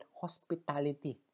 hospitality